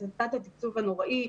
את תת-התקצוב הנוראי.